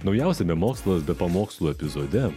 naujausiame mokslas be pamokslų epizode